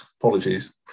apologies